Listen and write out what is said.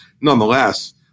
nonetheless